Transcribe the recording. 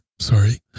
Sorry